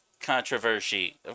controversy